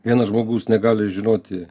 vienas žmogus negali žinoti